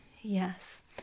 Yes